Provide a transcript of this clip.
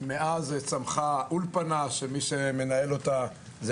מאז צמחה אולפנה שמי שמנהל אותה זה